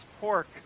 pork